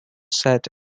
set